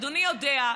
אדוני יודע,